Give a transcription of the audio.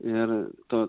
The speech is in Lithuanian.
ir tu